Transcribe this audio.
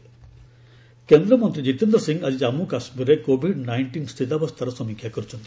ଜିତେନ୍ଦ୍ର ସିଂହ ରିଭ୍ୟ କେନ୍ଦ୍ର ମନ୍ତ୍ରୀ ଜିତେନ୍ଦ୍ର ସିଂହ ଆଜି ଜାମ୍ମୁ କାଶ୍ମୀରର କୋଭିଡ୍ ନାଇଷ୍ଟିନ୍ ସ୍ଥିତାବସ୍ଥାର ସମୀକ୍ଷା କରିଛନ୍ତି